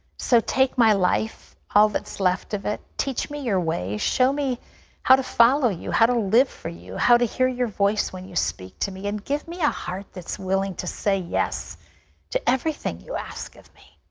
so take my life, all that's left of it. teach me your ways. show me how to follow you, how to live for you, how to hear your voice when you speak to me, and give me a heart that's willing to say yes to everything you ask of me.